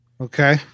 Okay